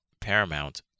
paramount